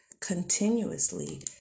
continuously